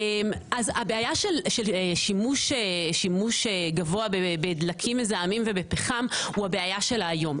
הבעיה של שימוש גבוה בדלקים מזהמים ובפחם היא הבעיה של היום,